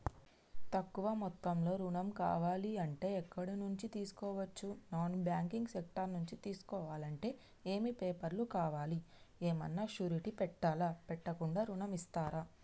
తక్కువ మొత్తంలో ఋణం కావాలి అంటే ఎక్కడి నుంచి తీసుకోవచ్చు? నాన్ బ్యాంకింగ్ సెక్టార్ నుంచి తీసుకోవాలంటే ఏమి పేపర్ లు కావాలి? ఏమన్నా షూరిటీ పెట్టాలా? పెట్టకుండా ఋణం ఇస్తరా?